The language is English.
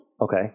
okay